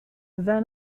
their